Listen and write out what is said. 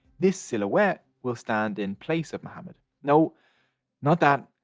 this silhouette will stand in place of muhammad. no not that.